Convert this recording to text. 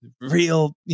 real